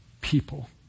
people